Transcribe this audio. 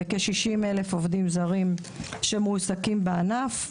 ועל כ-60,000 עובדים זרים שמועסקים בענף.